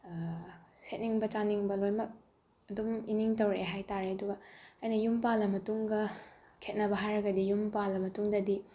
ꯁꯦꯠꯅꯤꯡꯕ ꯆꯥꯅꯤꯡꯕ ꯂꯣꯏꯅꯃꯛ ꯑꯗꯨꯝ ꯏꯅꯤꯡ ꯇꯧꯔꯛꯑꯦ ꯍꯥꯏꯇꯥꯔꯦ ꯑꯗꯨꯒ ꯑꯩꯅ ꯌꯨꯝ ꯄꯥꯜꯂ ꯃꯇꯨꯡꯒ ꯈꯦꯠꯅꯕ ꯍꯥꯏꯔꯒꯗꯤ ꯌꯨꯝ ꯄꯥꯜꯂ ꯃꯇꯨꯡꯗꯗꯤ